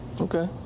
Okay